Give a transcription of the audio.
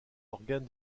organe